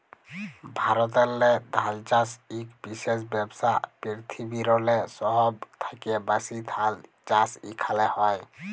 ভারতেল্লে ধাল চাষ ইক বিশেষ ব্যবসা, পিরথিবিরলে সহব থ্যাকে ব্যাশি ধাল চাষ ইখালে হয়